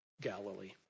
Galilee